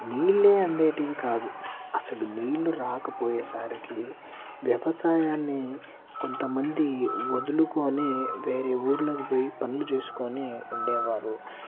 నీళ్ళే అందేటివి కాదు అసలు నీళ్ళు రాకపోయేసరికి వ్యవసాయాన్ని కొంతమంది వదులుకొని వేరే ఊర్లోకి పోయి పనులు చేసుకొని ఉండేవారు